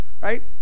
Right